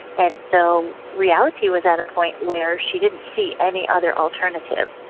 and so reality was at a point where she didn't see any other alternative,